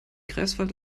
greifswald